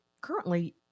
currently